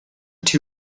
two